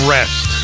Rest